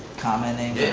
commenting